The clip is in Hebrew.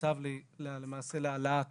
שהוא למעשה צו להעלאת